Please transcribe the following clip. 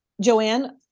Joanne